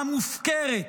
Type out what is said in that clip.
המופקרת,